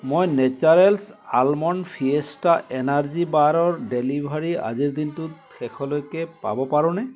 মই Naturals almond fiesta energy বাৰৰ delivery আজিৰ দিনটোৰ শেষলৈকে পাব পাৰোঁনে